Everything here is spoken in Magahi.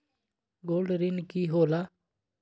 गोल्ड ऋण की होला?